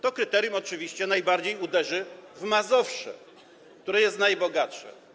To kryterium oczywiście najbardziej uderzy w Mazowsze, które jest najbogatsze.